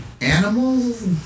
animals